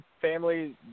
family